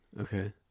Okay